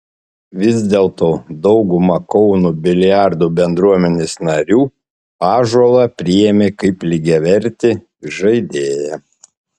vis dėlto dauguma kauno biliardo bendruomenės narių ąžuolą priėmė kaip lygiavertį žaidėją